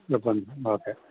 കുഴപ്പമൊന്നുമില്ല ഓക്കെ